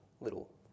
little